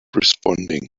responding